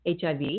HIV